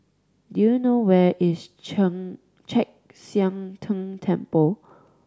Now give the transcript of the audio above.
do you know where is Chen Chek Sian Tng Temple